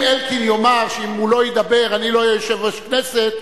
אם אלקין יאמר שאם הוא לא ידבר אני לא אהיה יושב-ראש כנסת,